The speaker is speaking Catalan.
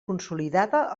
consolidada